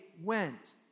went